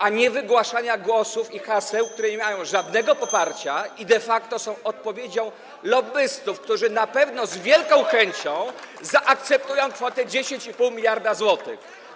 a nie wygłaszania opinii i haseł, które nie mają żadnego poparcia [[Gwar na sali, dzwonek]] i de facto są odpowiedzią lobbystów, którzy na pewno z wielką chęcią zaakceptują kwotę 10,5 mld zł.